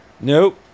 Nope